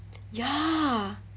ya